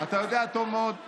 אתה לא מאמין בזה,